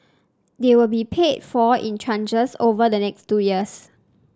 they will be paid for in tranches over the next two years